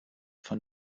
von